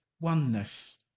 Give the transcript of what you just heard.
oneness